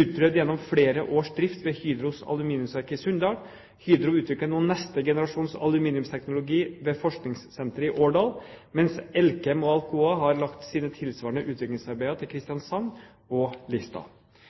utprøvd gjennom flere års drift ved Hydros aluminiumsverk i Sunndal. Hydro utvikler nå neste generasjons aluminiumsteknologi ved forskningssenteret i Årdal, mens Elkem og Alcoa har lagt sine tilsvarende utviklingsarbeider til Kristiansand og Lista.